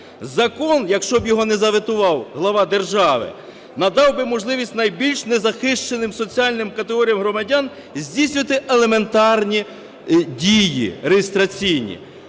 Закон, якщо б його не заветував глава держави, надав би можливість найбільш незахищеним соціальним категоріям громадян здійснювати елементарні дії реєстраційні.